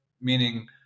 meaning